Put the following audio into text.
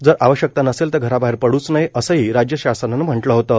जर आवश्यकता नसेल तर घराबाहेर पडूच नये असंही राज्य शासनानं म्हटलं होतं